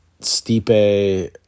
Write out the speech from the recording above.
Stipe